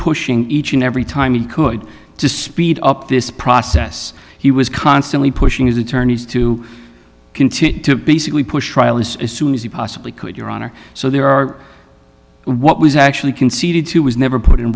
pushing each and every time he could to speed up this process he was constantly pushing his attorneys to continue to basically push as soon as he possibly could your honor so there are what was actually conceded to was never put in